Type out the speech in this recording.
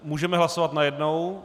Můžeme hlasovat najednou?